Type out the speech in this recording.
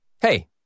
Hey